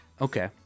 okay